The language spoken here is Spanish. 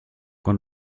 con